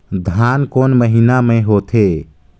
धान कोन महीना मे होथे?